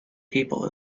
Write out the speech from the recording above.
people